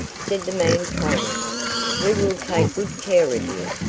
said the man kindly. we will take good care of you.